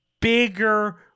bigger